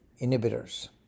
inhibitors